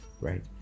right